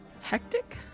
hectic